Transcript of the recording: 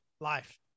life